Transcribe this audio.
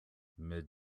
mid